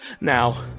now